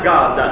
God